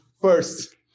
First